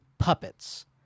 puppets